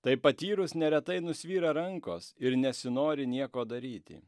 tai patyrus neretai nusvyra rankos ir nesinori nieko daryti